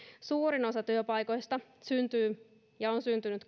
suurin osa työpaikoista syntyy ja on syntynyt